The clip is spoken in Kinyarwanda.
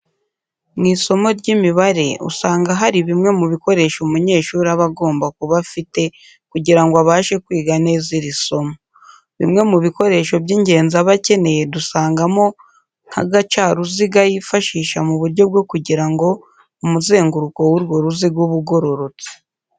Mu isomo ry'imibare usanga hari bimwe mu bikoresho umunyeshuri aba agomba kuba afite kugira ngo abashe kwiga neza iri somo. Bimwe mu bikoresho by'ingenzi aba akeneye dusangamo nk'agacaruziga yifashisha mu buryo bwo kugira ngo umuzenguruko w'urwo ruziga ube ugororotse.